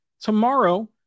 tomorrow